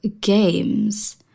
games